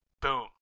Boom